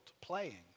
playing